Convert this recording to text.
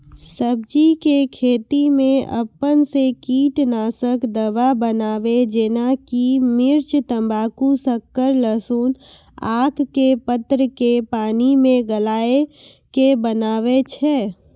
सब्जी के खेती मे अपन से कीटनासक दवा बनाबे जेना कि मिर्च तम्बाकू शक्कर लहसुन आक के पत्र के पानी मे गलाय के बनाबै छै?